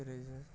जेरै